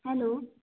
hello